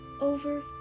over